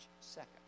second